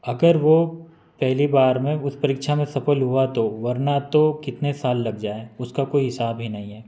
अगर वो पहली बार में उस परीक्षा में सफल हुआ तो वरना तो कितने साल लग जाएँ उसका कोई हिसाब ही नहीं है